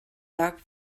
doc